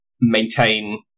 maintain